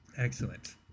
Excellent